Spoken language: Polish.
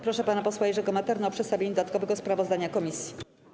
Proszę pana posła Jerzego Maternę o przedstawienie dodatkowego sprawozdania komisji.